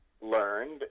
learned